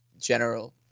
general